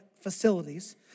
facilities